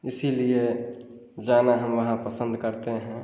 इसलिए जाना हम वहाँ पसंद करते हैं